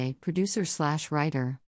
producer-slash-writer